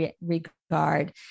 regard